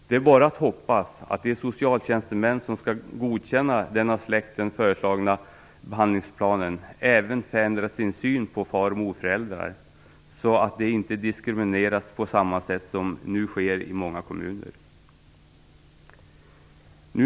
Det är bara att hoppas att de socialtjänstemän som skall godkänna den av släkten föreslagna behandlingsplanen även förändrar sin syn på far och morföräldrar, så att de inte diskrimineras på samma sätt som nu sker i många kommuner.